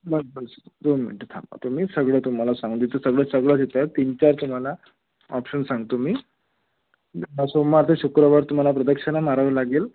बस बस दोन मिनटं थांबा तुम्ही सगळं तुम्हाला सांगू इथं सगळं सगळं घेतंय तीन चार तुम्हाला ऑप्शन सांगतो मी सोमवार ते शुक्रववर तुम्हाला प्रदक्षिणा मारावं लागेल